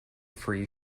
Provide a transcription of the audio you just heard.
free